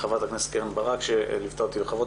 לחברת הכנסת קרן ברק שליוותה אותי; לחברות